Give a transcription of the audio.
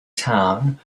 town